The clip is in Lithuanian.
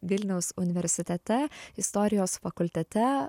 vilniaus universitete istorijos fakultete